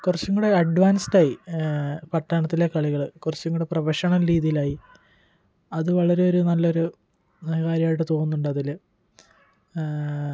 കുറച്ചും കൂടെ അഡ്വാൻസ്ഡായി പട്ടണത്തിലെ കളികള് കുറച്ചും കൂടെ പ്രഫഷണൽ രീതിയിലായി അത് വളരെ ഒരു നല്ലൊരു നല്ല കാര്യമായിട്ട് തോന്നുന്നുണ്ട് അതില്